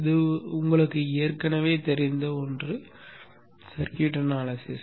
இது உங்களுக்கு ஏற்கனவே தெரிந்த ஒன்று சர்க்யூட் பகுப்பாய்வு